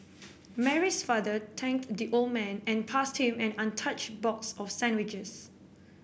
Mary's father thanked the old man and passed him an untouched box of sandwiches